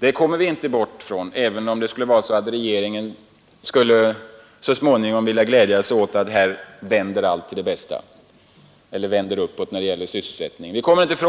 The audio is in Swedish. Det kommer vi inte ifrån, även om regeringen så småningom kan glädja sig åt att sysselsättningen kommer att stiga.